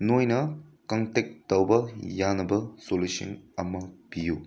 ꯅꯣꯏꯅ ꯀꯟꯇꯦꯛ ꯇꯧꯕ ꯌꯥꯅꯕ ꯁꯣꯂꯨꯁꯟ ꯑꯃ ꯄꯤꯌꯨ